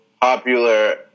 popular